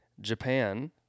Japan